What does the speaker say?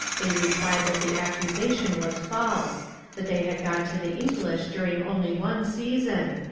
they replied that the accusation was false that they had gone to the english during only one season,